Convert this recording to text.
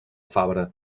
fabra